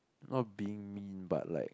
not being mean but like